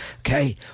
Okay